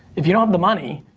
if you don't have the money,